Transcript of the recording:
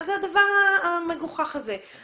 מה זה הדבר המגוחך הזה?